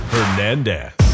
Hernandez